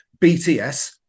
BTS